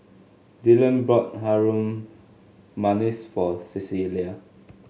Dyllan bought Harum Manis for Cecilia